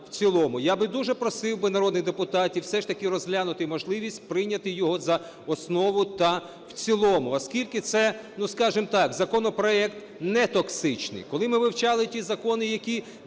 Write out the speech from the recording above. Я би дуже просив би народних депутатів все ж таки розглянути можливість прийняти його за основу та в цілому, оскільки це, ну скажемо так, законопроект не токсичний. Коли ми вивчали ті закони, які були